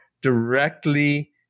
directly